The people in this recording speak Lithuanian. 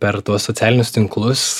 per tuos socialinius tinklus